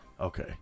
Okay